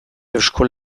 eusko